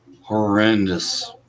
horrendous